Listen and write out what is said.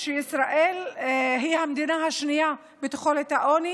ישראל היא המדינה השנייה בתחולת העוני